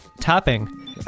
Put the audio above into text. topping